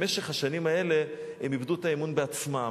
במשך השנים האלה הן איבדו את האמון בעצמן,